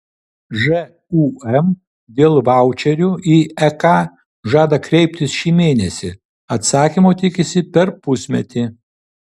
žūm dėl vaučerių į ek žada kreiptis šį mėnesį atsakymo tikisi per pusmetį